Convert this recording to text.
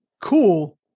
cool